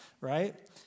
right